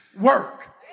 work